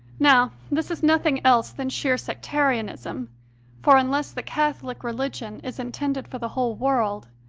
now this is nothing else than sheer sectarianism for unless the catholic religion is intended for the whole world,